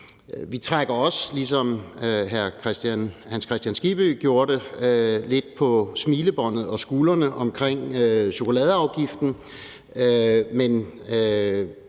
Vi trækker også, ligesom hr. Hans Kristian Skibby gjorde det, lidt på smilebåndet og skuldrene ad det om chokoladeafgiften.